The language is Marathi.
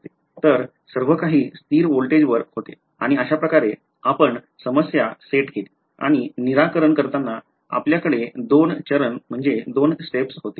तर सर्वकाही स्थिर व्होल्टेजवर होते आणि अशाप्रकारे आम्ही समस्या सेट केली आणि निराकरण करताना आमच्याकडे दोन चरण होते